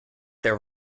their